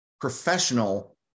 professional